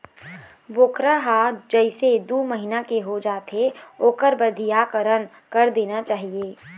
बोकरा ह जइसे दू महिना के हो जाथे ओखर बधियाकरन कर देना चाही